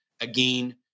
again